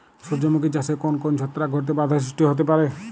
সূর্যমুখী চাষে কোন কোন ছত্রাক ঘটিত বাধা সৃষ্টি হতে পারে?